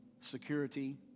security